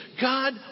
God